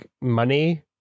money